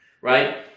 right